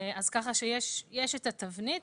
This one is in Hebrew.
יש את התבנית.